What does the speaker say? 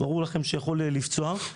ברור לכם שיכול לפצוע.